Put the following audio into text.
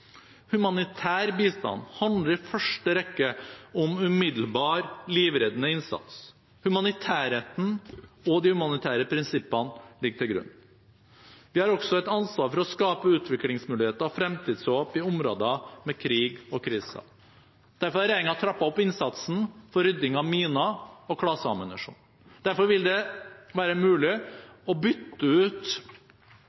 Humanitær bistand handler i første rekke om umiddelbar livreddende innsats. Humanitærretten og de humanitære prinsippene ligger til grunn. Vi har også et ansvar for å skape utviklingsmuligheter og fremtidshåp i områder med krig og kriser. Derfor har regjeringen trappet opp innsatsen for rydding av miner og klaseammunisjon. Derfor vil vi, der det er mulig,